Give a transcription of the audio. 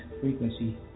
frequency